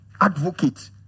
Advocate